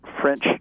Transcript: French